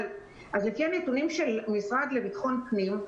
לפי הנתונים של המשרד לביטחון פנים,